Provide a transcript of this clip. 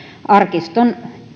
arkiston